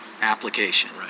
application